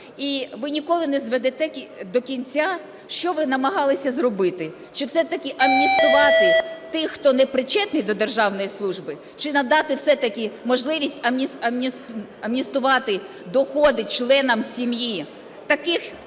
і ви ніколи не зведете до кінця, що ви намагалися зробити – чи все-таки амністувати тих, хто не причетний до державної служби, чи надати все-таки можливість амністувати доходи членам сім'ї